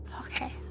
Okay